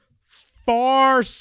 far